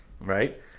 Right